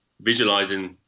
visualizing